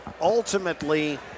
Ultimately